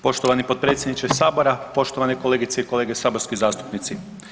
Poštovani potpredsjedniče Sabora, poštovane kolegice i kolege saborski zastupnici.